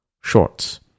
Shorts